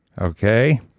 okay